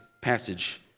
passage